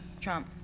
Trump